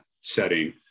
setting